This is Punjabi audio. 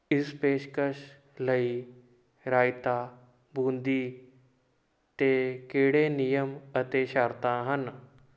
ਇਸ ਪੇਸ਼ਕਸ਼ ਲਈ ਰਾਇਤਾ ਬੂੰਦੀ 'ਤੇ ਕਿਹੜੇ ਨਿਯਮ ਅਤੇ ਸ਼ਰਤਾਂ ਹਨ